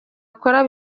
akora